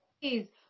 please